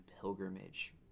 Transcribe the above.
pilgrimage